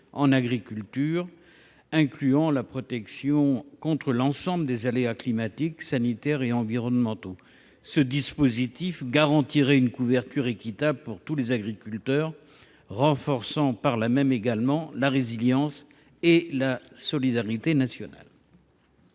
en agriculture, incluant la protection contre l’ensemble des aléas climatiques, sanitaires et environnementaux. Ce dispositif garantirait une couverture équitable pour tous les agriculteurs, renforçant par là même la résilience et la solidarité nationale.